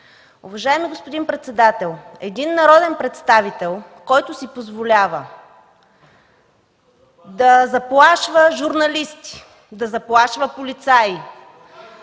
Уважаеми господин председател, един народен представител, който си позволява да заплашва журналисти, да заплашва полицаи,